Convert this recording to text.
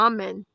Amen